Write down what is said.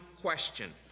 question